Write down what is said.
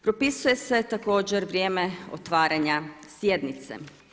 Propisuje se također vrijeme otvaranja sjednice.